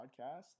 Podcast